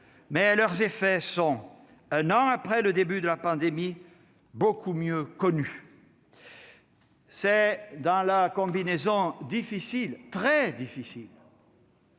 mais leurs effets sont, un an après le début de la pandémie, beaucoup mieux connus. C'est dans la combinaison difficile, très difficile,